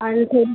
आणखीन